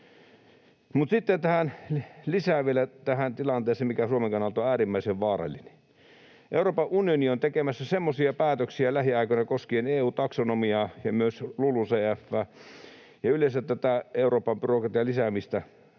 Sitten lisänä vielä tähän tilanteeseen, mikä Suomen kannalta on äärimmäisen vaarallinen, Euroopan unioni on tekemässä semmoisia päätöksiä lähiaikoina koskien EU-taksonomiaa ja myös LULUCF:ää ja yleensä tätä Euroopan byrokratian lisäämistä,